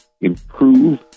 improve